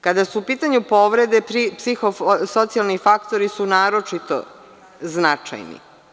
Kada su u pitanju povrede psihosocijalni faktori su naročito značajni.